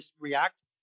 react